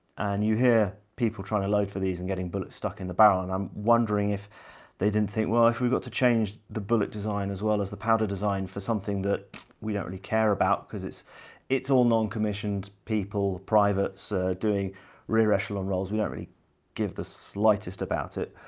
and you hear people trying to load for these and getting bullets stuck in the barrel, and i'm wondering if they didn't think, well if we've got to change the bullet design as well as the powder design for something that we don't really care about because it's it's all non-commissioned people, privates doing rear echelon roles, we don't really give the slightest about it,